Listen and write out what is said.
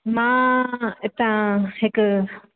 मां हितां हिक